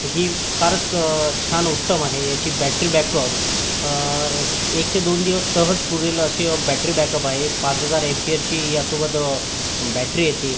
ही फारच छान उत्तम आहे याची बॅटरी बॅकअप एक ते दोन दिवस सहज पुरेल असा बॅटरी बॅकअप आहे पाच हजार अॅम्पीअरची यासोबत बॅटरी येते